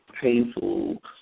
painful